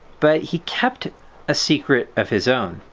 but he kept a secret of his own.